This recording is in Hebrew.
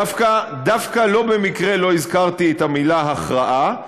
דווקא לא במקרה לא הזכרתי את המילה הכרעה,